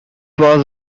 was